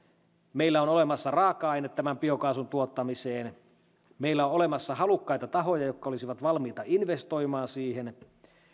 meillä on olemassa raaka aine tämän biokaasun tuottamiseen meillä on olemassa halukkaita tahoja jotka olisivat valmiita investoimaan siihen